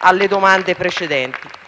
alle domande precedenti.